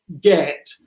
get